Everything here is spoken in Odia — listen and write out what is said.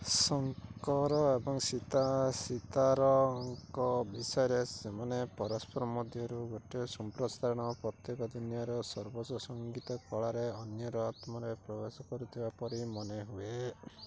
ଶଙ୍କର ଏବଂ ସୀତା ସୀତାରଙ୍କ ବିଷୟରେ ସେମାନେ ପରସ୍ପର ମଧ୍ୟରୁ ଗୋଟେ ସମ୍ପ୍ରସାରଣ ପ୍ରତ୍ୟେକ ଦୁନିଆର ସର୍ବୋସ ସଂଗୀତ କଳାରେ ଅନ୍ୟର ଆତ୍ମାରେ ପ୍ରବେଶ କରୁଥିବା ପରି ମନେହୁଏ